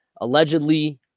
allegedly